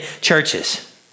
churches